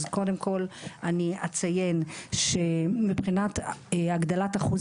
אז קודם כל אני אציין שמבחינת הגדלת אחוז